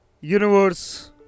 universe